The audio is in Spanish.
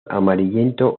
amarillento